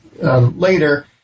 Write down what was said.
Later